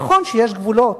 נכון שיש גבולות,